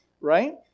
right